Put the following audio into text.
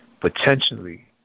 potentially